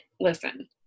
listen